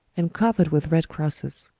and covered with red crosses.